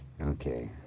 Okay